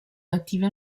native